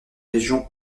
région